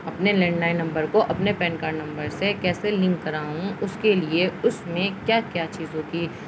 اپنے landline number کو اپنے پین کارڈ نمبر سے کیسے لنک کراؤں اس کے لیے اس میں کیا کیا چیزوں کی